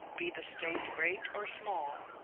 be the state great or small.